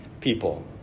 people